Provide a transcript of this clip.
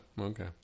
Okay